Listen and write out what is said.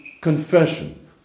confession